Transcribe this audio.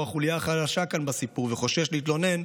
שהוא החוליה החלשה כאן בסיפור וחושש להתלונן,